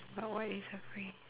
but what is a phrase